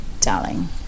Darling